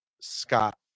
Scott